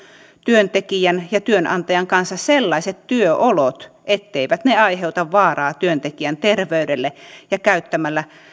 työntekijän ja työnantajan kanssa sellaiset työolot etteivät ne aiheuta vaaraa työntekijän terveydelle ja käyttämällä